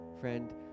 Friend